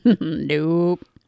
Nope